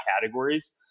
categories